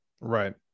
Right